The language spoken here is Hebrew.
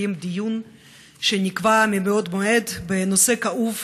להתקיים דיון שנקבע מבעוד מועד בנושא כאוב,